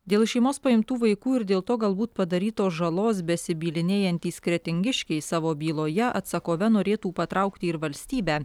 dėl iš šeimos paimtų vaikų ir dėl to galbūt padarytos žalos besibylinėjantys kretingiškiai savo byloje atsakove norėtų patraukti ir valstybę